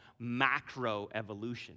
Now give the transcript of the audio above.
macroevolution